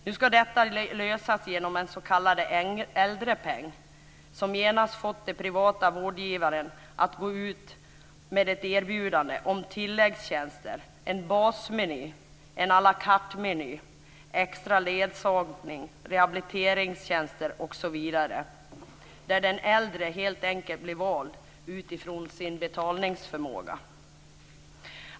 Nu ska detta lösas genom en s.k. äldrepeng som genast fått den privata vårdgivaren att gå ut med ett erbjudande med tilläggstjänster, en basmeny, en à la carte-meny, extra ledsagning, rehabiliteringstjänster osv. där den äldre helt enkelt blir vald utifrån sin betalningsförmåga.